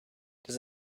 does